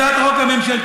הצעת החוק הממשלתית,